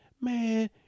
man